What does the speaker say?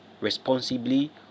responsibly